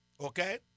okay